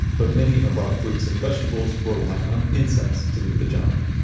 but many of our fruits and vegetables rely on insects to do the job.